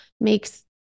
makes